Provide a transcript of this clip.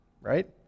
right